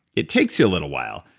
it takes you a little while.